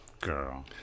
girl